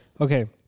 Okay